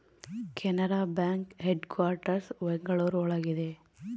Canara bank headquarters Bengaluru ಒಳಗ ಇದೆ